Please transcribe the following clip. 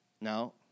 Now